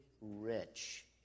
rich